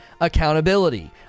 accountability